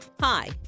Hi